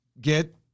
get